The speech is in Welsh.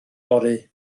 fory